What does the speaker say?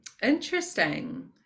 interesting